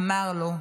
אמר לו: